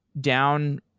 down